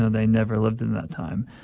they never lived in that time.